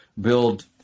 build